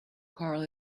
karl